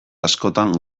askotan